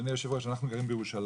אדוני היושב ראש, אנחנו גרים בירושלים.